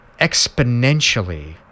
exponentially